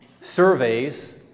surveys